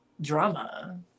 drama